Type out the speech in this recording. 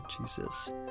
Jesus